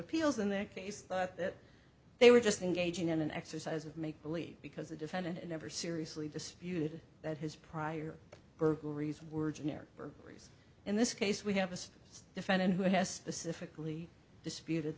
appeals in their case thought that they were just engaging in an exercise of make believe because the defendant never seriously disputed that his prior burglaries were generic burglaries in this case we have a defendant who has this effectively disputed